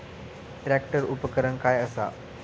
Tractor उपकरण काय असा?